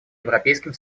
европейским